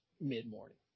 mid-morning